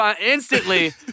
instantly